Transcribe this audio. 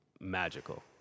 magical